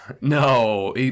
no